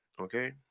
Okay